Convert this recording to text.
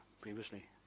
previously